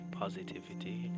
positivity